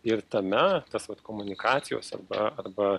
ir tame tas vat komunikacijos arba arba